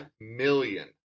million